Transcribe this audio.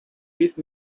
give